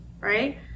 right